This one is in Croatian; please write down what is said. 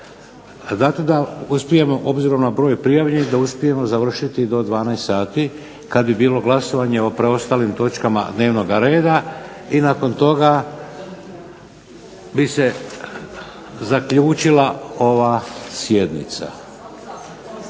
Zato da uspijemo, obzirom na broj prijavljenih, da uspijemo završiti do 12 sati kad bi bilo glasovanje o preostalim točkama dnevnoga reda i nakon toga bi se zaključila ova sjednica.